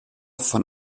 von